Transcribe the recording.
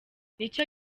nicyo